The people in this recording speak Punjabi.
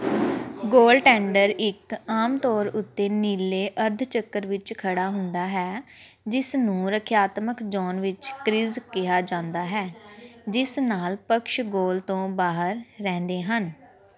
ਗੋਲਟੈਂਡਰ ਇੱਕ ਆਮ ਤੌਰ ਉੱਤੇ ਨੀਲੇ ਅਰਧ ਚੱਕਰ ਵਿੱਚ ਖੜ੍ਹਾ ਹੁੰਦਾ ਹੈ ਜਿਸ ਨੂੰ ਰੱਖਿਆਤਮਕ ਜ਼ੋਨ ਵਿੱਚ ਕ੍ਰਿਜ਼ ਕਿਹਾ ਜਾਂਦਾ ਹੈ ਜਿਸ ਨਾਲ ਪਕਸ਼ ਗੋਲ ਤੋਂ ਬਾਹਰ ਰਹਿੰਦੇ ਹਨ